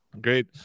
Great